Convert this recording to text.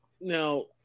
now